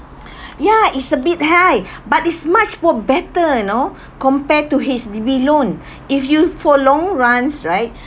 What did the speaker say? ya it's a bit high but it's much more better you know compared to H_D_B loan if you for long runs right